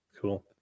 Cool